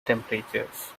temperatures